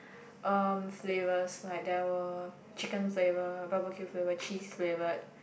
um flavours like there were chicken flavour barbeque flavour cheese flavoured